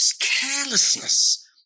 carelessness